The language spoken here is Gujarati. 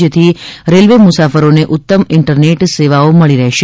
જેથી રેલવે મુસાફરોને ઉત્તમ ઇન્ટરનેટ સેવાઓ મળી રહેશે